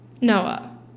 Noah